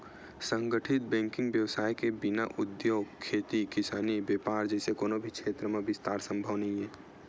संगठित बेंकिग बेवसाय के बिना उद्योग, खेती किसानी, बेपार जइसे कोनो भी छेत्र म बिस्तार संभव नइ हे